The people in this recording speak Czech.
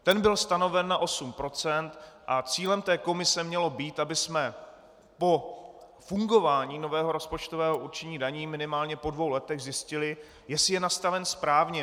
Ten byl stanoven na 8 % a cílem té komise mělo být, abychom po fungování nového rozpočtového určení daní minimálně po dvou letech zjistili, jestli je nastaven správně.